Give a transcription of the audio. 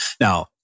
Now